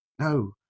No